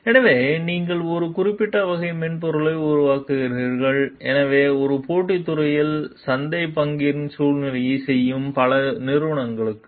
எனவே நீங்கள் ஒரு குறிப்பிட்ட வகை மென்பொருளை உருவாக்குகிறீர்கள் எனவே ஒரு போட்டித் துறையில் சந்தைப் பங்கிற்கு சூழ்ச்சி செய்யும் பல நிறுவனங்களுக்கு